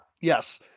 yes